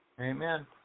Amen